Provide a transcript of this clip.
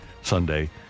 Sunday